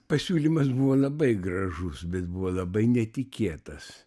pasiūlymas buvo labai gražus bet buvo labai netikėtas